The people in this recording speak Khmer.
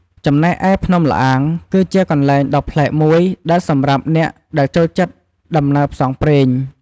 ចំណែកឯ ភ្នំល្អាង គឺជាកន្លែងដ៏ប្លែកមួយដែលសម្រាប់អ្នកដែលចូលចិត្តដំណើរផ្សងព្រេង។